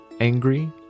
angry